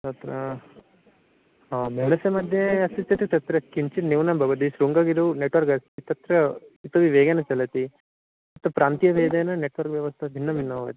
तत्र ह मेनसे मध्ये अस्ति चेत् तत्र किञ्चिन्यूनं भवति श्रुङ्गगिरौ नेट्वोर्क् अस्ति तत्र इतोपि वेगेन चलति त् प्रान्तियभेदेन नेट्वर्क् व्यवस्था भिन्नभिन्ना भवति